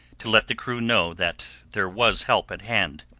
to let the crew know that there was help at hand.